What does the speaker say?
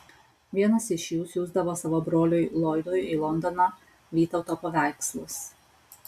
vienas iš jų siųsdavo savo broliui loydui į londoną vytauto paveikslus